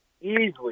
easily